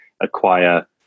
acquire